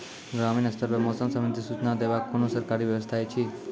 ग्रामीण स्तर पर मौसम संबंधित सूचना देवाक कुनू सरकारी व्यवस्था ऐछि?